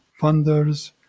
funders